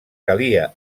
calia